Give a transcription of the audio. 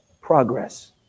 progress